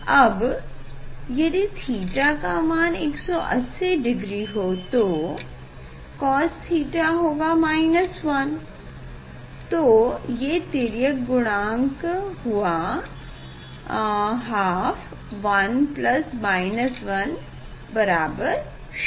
अब यदि थीटा का मान 180डिग्री हो तो Cos थीटा होगा 1 तो ये तिर्यक गुणांक हुआ हाफ 1 बराबर 0